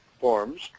forms